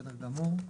בסדר גמור.